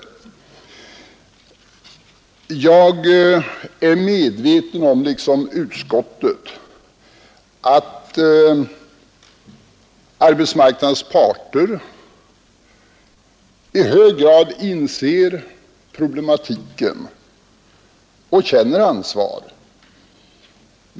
Jag är, liksom utskottet, medveten om att arbetsmarknadens parter i hög grad inser problematiken och känner ansvaret.